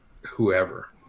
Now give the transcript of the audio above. whoever